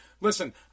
Listen